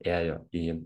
ėjo į